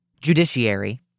judiciary